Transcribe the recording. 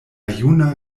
juna